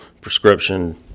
prescription